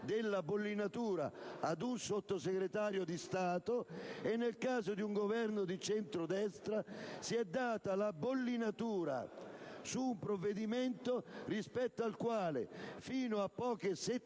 responsabilità ad un Sottosegretario di Stato; nel caso di un Governo di centrodestra, si è data la bollinatura su un provvedimento che fino a poche settimane